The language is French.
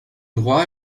droit